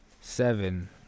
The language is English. seven